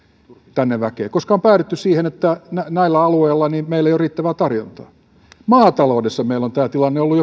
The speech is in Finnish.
tänne väkeä koska on päädytty siihen että näillä alueilla meillä ei ole riittävää tarjontaa maataloudessa meillä on jo pitkään ollut